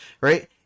right